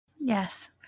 Yes